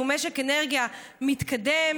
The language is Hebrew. שהוא משק אנרגיה מתקדם,